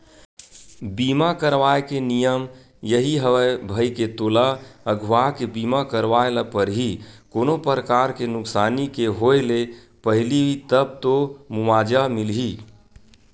बीमा करवाय के नियम यही हवय भई के तोला अघुवाके बीमा करवाय ल परही कोनो परकार के नुकसानी के होय ले पहिली तब तो मुवाजा मिलही